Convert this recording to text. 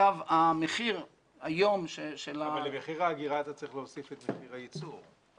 למחיר האגירה אתה צריך להוסיף את מרכיב הייצור.